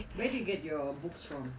where do you get your books from